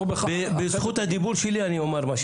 בזכות הדיבור שלי אני אומר.